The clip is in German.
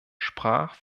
sprach